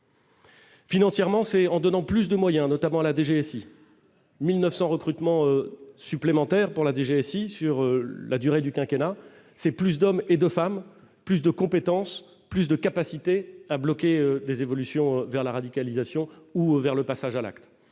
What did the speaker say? Financièrement, c'est en donnant plus de moyens, notamment la DGSE 1000 900 recrutements supplémentaires pour la DGSE sur la durée du quinquennat c'est plus d'hommes et de femmes plus de compétences plus de capacité à bloquer des évolutions vers la radicalisation ou vers le passage à l'acte